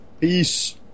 Peace